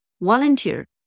Volunteer